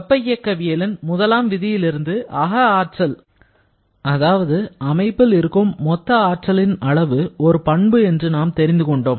வெப்ப இயக்கவியலின் முதலாம் விதியிலிருந்து அக ஆற்றல் அதாவது அமைப்பில் இருக்கும் மொத்த ஆற்றலின் அளவு ஒரு பண்பு என்று நாம் தெரிந்து கொண்டோம்